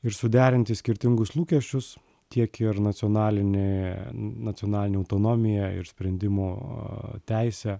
ir suderinti skirtingus lūkesčius tiek ir nacionalinė nacionalinę autonomiją ir sprendimų teisę